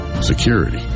security